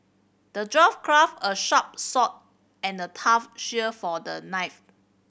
the dwarf crafted a sharp sword and a tough shield for the knife